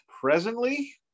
Presently